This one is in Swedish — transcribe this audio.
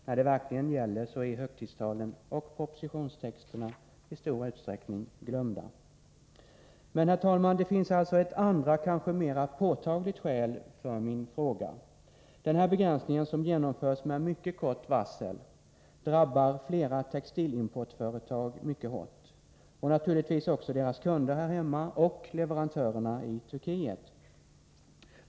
När det verkligen gäller är högtidstalen och propositionstexterna i stor utsträckning glömda. Men, herr talman, det finns alltså ett andra, kanske mer påtagligt, skäl för min fråga. Den här begränsningen, som genomförs med mycket kort varsel, drabbar flera textilimportföretag mycket hårt, och naturligtvis också deras kunder här hemma och leverantörerna i Turkiet.